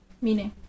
meaning